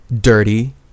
dirty